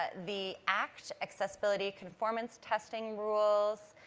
but the act, accessibility conformance testing rules.